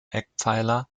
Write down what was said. eckpfeiler